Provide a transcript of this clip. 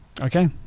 Okay